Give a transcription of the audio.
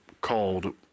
called